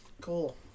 Cool